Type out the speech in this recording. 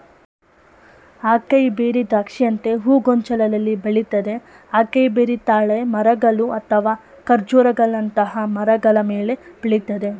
acai berry ದ್ರಾಕ್ಷಿಯಂತೆ ಹೂಗೊಂಚಲಲ್ಲಿ ಬೆಳಿತದೆ ಅಕೈಬೆರಿ ತಾಳೆ ಮರಗಳು ಅಥವಾ ಖರ್ಜೂರಗಳಂತಹ ಮರಗಳ ಮೇಲೆ ಬೆಳಿತದೆ